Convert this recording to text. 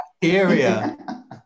Bacteria